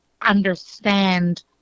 understand